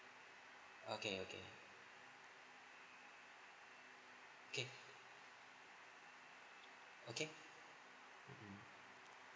okay okay okay okay mm mm